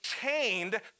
chained